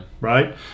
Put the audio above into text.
Right